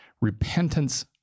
repentance